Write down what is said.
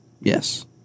yes